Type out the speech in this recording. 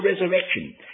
resurrection